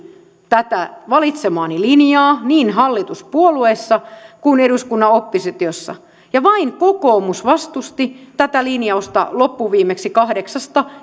tätä valitsemaani linjaa niin hallituspuolueissa kuin eduskunnan oppositiossa ja vain kokoomus vastusti tätä linjausta loppuviimeksi kahdeksasta